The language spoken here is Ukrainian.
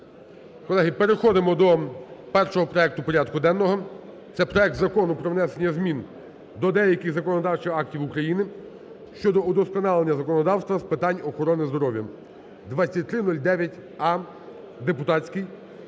Колеги, переходимо до першого проекту порядку денного. Це проект Закону про внесення змін до деяких законодавчих актів України щодо удосконалення законодавства з питань охорони здоров'я (2309а-депутатський).